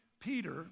Peter